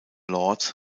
lords